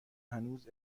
هنوز